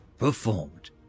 performed